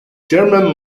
german